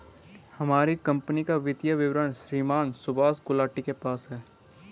हमारी कम्पनी का वित्तीय विवरण श्रीमान सुभाष गुलाटी के पास है